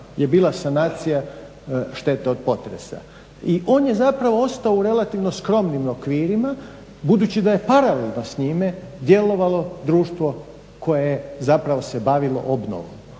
je bila sanacija štete od potresa. I on je ostao u relativno skromnim okvirima budući da je paralelno s njime djelovalo društvo koje se bavilo obnovom.